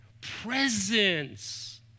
presence